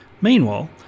Meanwhile